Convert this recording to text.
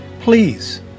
Please